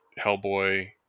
Hellboy